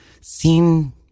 seen